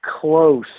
close